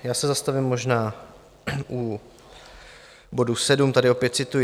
Já se zastavím možná u bodu sedm, tady opět cituji: